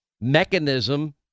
mechanism